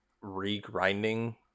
re-grinding